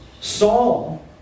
Saul